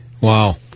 Wow